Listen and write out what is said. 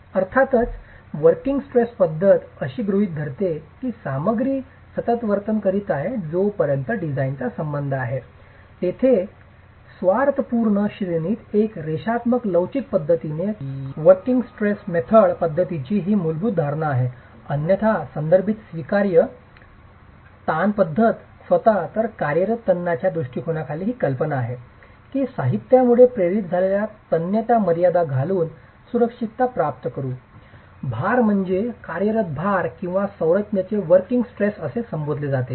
तर अर्थातच वोर्किंग स्ट्रेसची पद्धत अशी गृहीत धरते की सामग्री सतत वर्तन करीत आहे जोपर्यंत डिझाइनचा संबंध आहे तेथे स्वारस्यपूर्ण श्रेणीत एक रेषात्मक लवचिक पद्धतीने वोर्किंग स्ट्रेसची पद्धतीची ही मूलभूत धारणा आहे अन्यथा संदर्भित स्वीकार्य ताण पद्धत स्वतः तर कार्यरत ताणण्याच्या दृष्टिकोनाखाली ही कल्पना आहे की साहित्यामुळे प्रेरित झालेल्या ताणांना मर्यादा घालून सुरक्षितता प्राप्त करू भार म्हणजे कार्यरत भार किंवा संरचनेचे वोर्किंग स्ट्रेस असे संबोधले जाते